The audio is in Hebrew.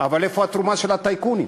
אבל איפה התרומה של הטייקונים?